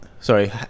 Sorry